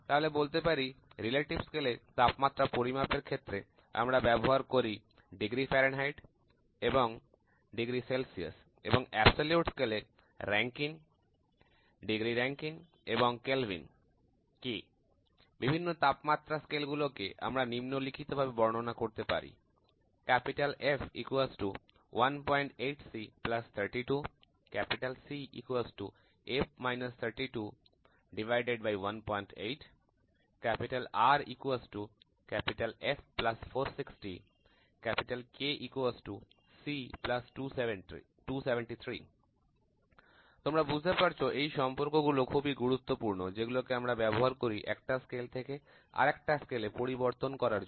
তাহলে বলতে পারি রিলেটিভ স্কেলে তাপমাত্রা পরিমাপের ক্ষেত্রে আমরা ব্যবহার করি ফারেনহাইট °F এবং সেলসিয়াস °C এবং absolute স্কেলে Rankine °R এবং kelvin বিভিন্ন তাপমাত্রা স্কেল গুলোকে আমরা নিন্মলিখিতভাবে বর্ণনা করতে পারি F 18C 32 C F − 32 18 R F 460 K C 273 তোমরা বুঝতে পারছো এই সম্পর্ক গুলো খুবই গুরুত্বপূর্ণ যেগুলোকে আমরা ব্যবহার করি একটা স্কেল থেকে আরেকটা স্কেলে পরিবর্তন করার জন্য